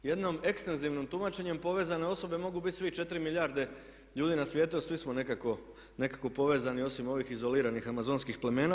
Jednim ekstenzivnim tumačenjem povezane osobe mogu biti svi, 4 milijarde ljudi na svijetu a svi smo nekako povezani osim ovih izoliranih amazonskih plemena.